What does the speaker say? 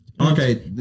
Okay